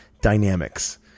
dynamics